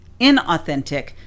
inauthentic